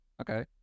Okay